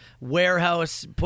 Warehouse